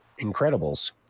Incredibles